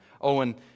Owen